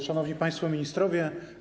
Szanowni Państwo Ministrowie!